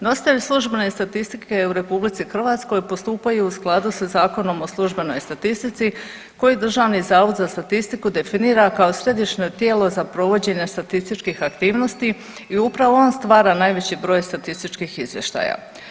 Nositelji službene statistike u RH postupaju u skladu sa Zakonom o službenoj statistici koji Državni zavod za statistiku definira kao središnje tijelo za provođenje statističkih aktivnosti i upravo on stvara najveći broj statističkih izvještaja.